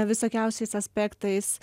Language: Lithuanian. visokiausiais aspektais